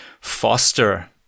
foster